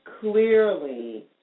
clearly